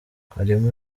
harimo